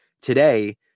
Today